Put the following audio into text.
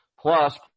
Plus